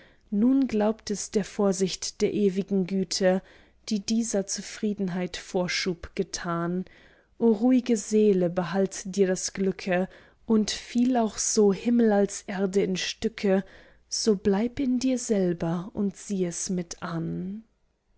nun glaubt es der vorsicht der ewigen güte die dieser zufriedenheit vorschub getan o ruhige seele behalt dir das glücke und fiel auch so himmel als erde in stücke so bleib in dir selber und sieh es mit an